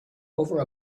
over